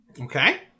okay